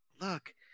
look